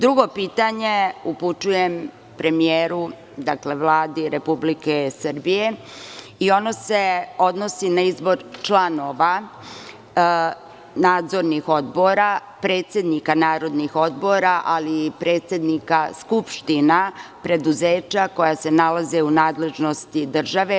Drugo pitanje upućujem premijeru, dakle Vladi Republike Srbije i ono se odnosi na izbor članova nadzornih odbora, predsednika nadzornih odbora, ali i predsednika skupština preduzeća, koja se nalaze u nadležnosti države.